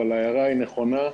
אבל ההערה היא נכונה.